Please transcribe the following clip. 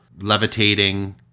levitating